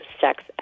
sex